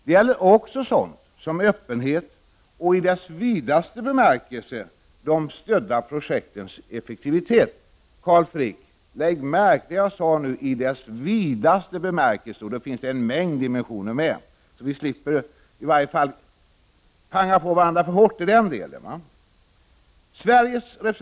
Det gäller också sådant som öppenhet och, i dess vidaste bemärkelse, de stödda projektens effektivitet. Lägg märke till att jag sade ”i dess vidaste bemärkelse”, Carl Frick! Däri finns en mängd dimensioner. Detta säger jag för att vi skall slippa ”panga på” varandra för hårt när det gäller den delen.